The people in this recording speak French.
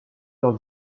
leur